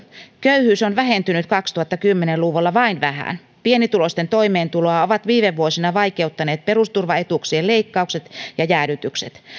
köyhyys on vähentynyt kaksituhattakymmenen luvulla vain vähän pienituloisten toimeentuloa ovat viime vuosina vaikeuttaneet perusturvaetuuksien leikkaukset ja jäädytykset